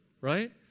Right